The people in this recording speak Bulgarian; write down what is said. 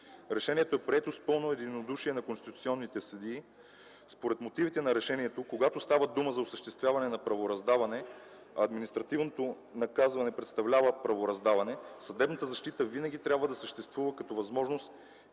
Решението е прието с пълно единодушие на конституционните съдии. Според мотивите на решението, когато става дума за осъществяване на правораздаване, а административното наказване представлява правораздаване, съдебната защита винаги трябва да съществува като възможност